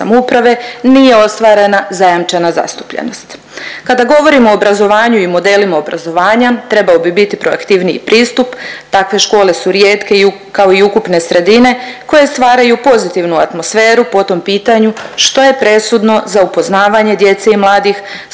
nije ostvarena zajamčena zastupljenost. Kada govorimo o obrazovanju i modelima obrazovanja trebao bi biti proaktivniji pristup, takve škole su rijetke kao i ukupne sredine koje stvaraju pozitivnu atmosferu po tom pitanju što je presudno za upoznavanje djece i mladih